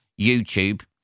YouTube